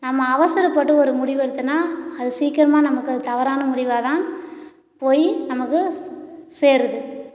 நம்ம அவசரப்பட்டு ஒரு முடிவெடுத்தோன்னா அது சீக்கிரமாக நமக்கு அது தவறான முடிவாகதான் போயி நமக்கு சேருது